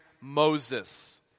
Moses